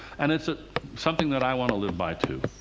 and it's ah something that i want to live by, too.